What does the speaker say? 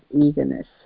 eagerness